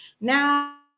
Now